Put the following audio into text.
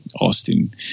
Austin